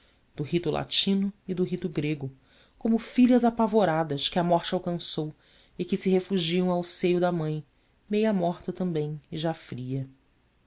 rito latino e do rito grego como filhas apavoradas que a morte alcançou e que se refugiam ao seio da mãe meio morta também e já fria